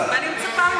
ואתה יודע את זה היטב.